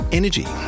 energy